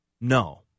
No